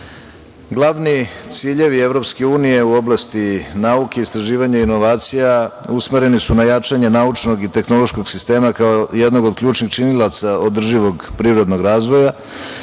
ciljevi Evropske unije u oblasti nauke, istraživanja, inovacija usmereni su na jačanje naučnog i tehnološkog sistema, kao jednog od ključnih činilaca održivog privrednog razvoja,